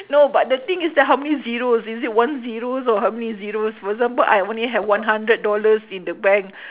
no but the thing is that how many zeros is it one zeros or how many zeros for example I only have one hundred dollars in the bank